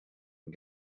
and